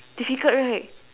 difficult right